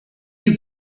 you